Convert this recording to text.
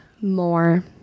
More